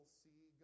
see